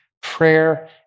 prayer